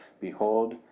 behold